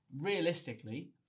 realistically